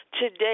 Today